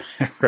Right